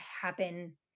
happen